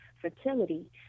fertility